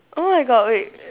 oh my god wait